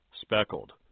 speckled